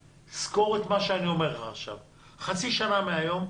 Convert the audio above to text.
תזכור את מה שאני אומר לך עכשיו: חצי שנה מהיום,